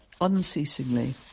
unceasingly